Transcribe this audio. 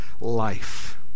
life